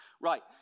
Right